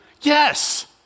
yes